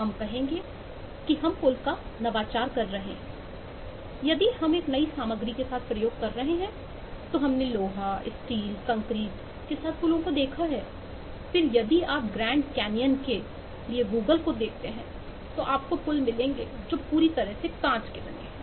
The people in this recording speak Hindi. हम कहेंगे कि हम पुल का नवाचार कर रहे हैं यदि हम एक नई सामग्री के साथ प्रयोग कर रहे हैं तो हमने लोहे स्टील कंक्रीट के साथ पुलों को देखा है फिर यदि आप ग्रैंड कैन्यन के लिए Google को देखते हैं तो आपको पुल मिलेंगे जो पूरी तरह से कांच में हैं